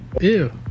ew